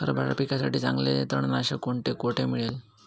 हरभरा पिकासाठी चांगले तणनाशक कोणते, कोठे मिळेल?